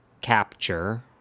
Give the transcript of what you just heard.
capture